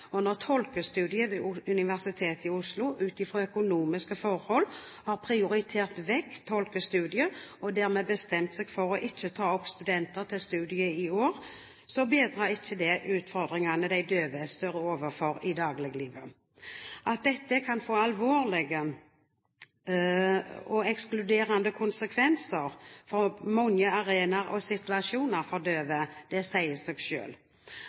Universitetet i Oslo ut fra økonomiske forhold har prioritert vekk tolkestudiet og dermed bestemt seg for ikke å ta opp studenter til studiet i år, bedrer ikke det utfordringene de døve står overfor i dagliglivet. At dette kan få alvorlige og ekskluderende konsekvenser med hensyn til mange arenaer og situasjoner for døve, sier seg